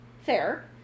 fair